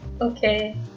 Okay